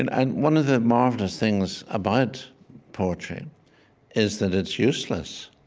and and one of the marvelous things about poetry is that it's useless.